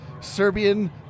Serbian